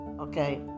okay